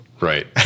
Right